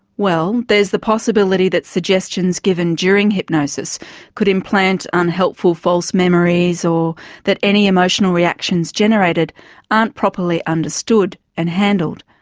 well there's the possibility that suggestions given during hypnosis could implant unhelpful false memories or that any emotional reactions generated aren't properly understood and handled.